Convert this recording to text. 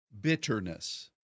bitterness